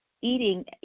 eating